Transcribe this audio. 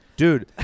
Dude